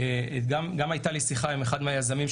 גם הייתה לי שיחה עם אחד מהיזמים,